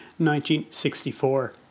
1964